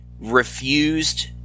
refused